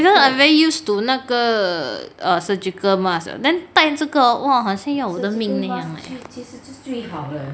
because I'm very used to 那个 err surgical mask then 带那个 !wah! 好像要我的命令这样子 leh